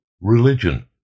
religion